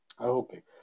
Okay